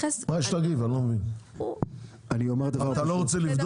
מה יש להגיב אני לא מבין, אתה לא רוצה לבדוק?